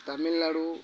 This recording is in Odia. ତାମିଲନାଡ଼ୁ